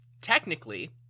technically